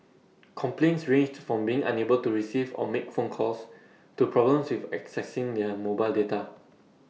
complaints ranged from being unable to receive or make phone calls to problems with accessing their mobile data